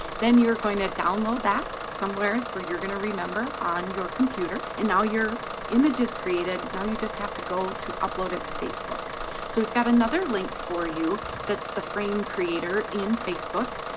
then you're going to download that somewhere where you're gonna remember on your computer and now your image is created, now you just have to go to upload it to facebook. so we've got another link for you that's the frame creator in facebook.